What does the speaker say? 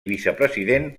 vicepresident